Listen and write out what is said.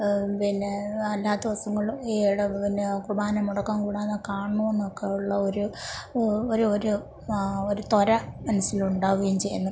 പിന്നെ അല്ലാത്ത ദിവസങ്ങളും ഈയിടെ പിന്നെയോ കുർബാന മുടക്കം കൂടാതെ കാണണം എന്നൊക്കെ ഉള്ള ഒരു ഒരു ഒരു ആ ഒരു ത്വര മനസ്സിൽ ഉണ്ടാവുകയും ചെയ്യുന്നു